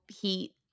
heat